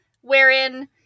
wherein